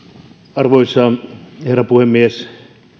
arvoisa herra puhemies